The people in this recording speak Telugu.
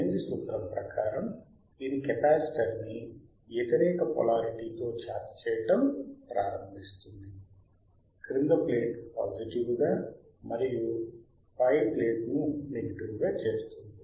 లెంజ్ సూత్రము ప్రకారం ఇది కెపాసిటర్ ని వ్యతిరేక పోలరిటీ తో ఛార్జ్ చేయడం ప్రారంభిస్తుంది క్రింద ప్లేట్ పాజిటివ్గా మరియు పై ప్లేట్ను నెగటివ్గా చేస్తుంది